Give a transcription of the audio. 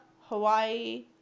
Hawaii